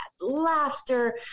laughter